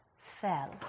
fell